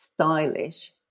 stylish